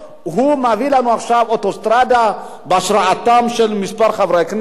הוא מביא לנו עכשיו אוטוסטרדה בהשראתם של כמה חברי כנסת,